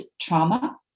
trauma